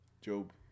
Job